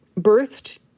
birthed